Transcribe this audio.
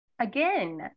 again